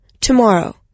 Tomorrow